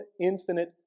infinite